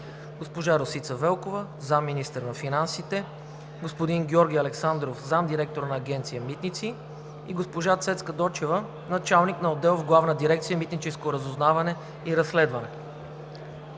госпожа Росица Велкова – заместник-министър на финансите, господин Георги Александров – заместник-директор на Агенция „Митници“, и госпожа Цецка Дочева – началник на отдел в главна дирекция „Митническо разузнаване и разследване“.